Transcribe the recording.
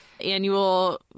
annual